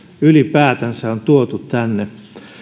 ylipäätänsä on tuotu tänne